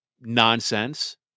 nonsense